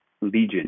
Legion